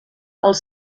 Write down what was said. els